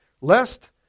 lest